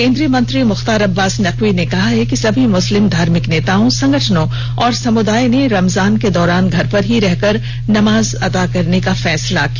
केंद्रीय मंत्री मुख्तार अब्बास नकवी ने कहा है कि सभी मुस्लिम धार्मिक नेताओं संगठनों और समुदाय ने रमजान के दौरान घर पर ही नमाज अदा करने का फैसला किया